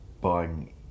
buying